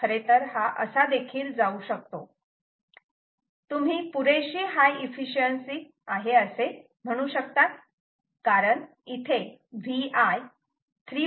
खरेतर हा असा देखील जाऊ शकतो तुम्ही पुरेशी हाय एफिशिएन्सी असे म्हणू शकतात कारण इथे Vi 3